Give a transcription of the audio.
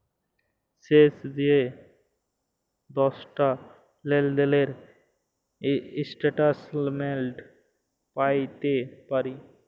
শেষ যে দশটা লেলদেলের ইস্ট্যাটমেল্ট প্যাইতে পারি